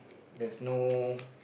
there's no